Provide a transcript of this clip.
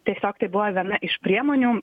tiesiog tai buvo viena iš priemonių